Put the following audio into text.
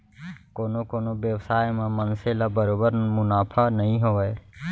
कोनो कोनो बेवसाय म मनसे ल बरोबर मुनाफा नइ होवय